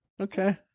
Okay